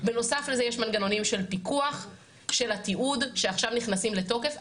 בנוסף לזה יש מגנונים של פיקוח של התיעוד שעכשיו נכנסים לתוקף.